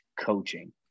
coaching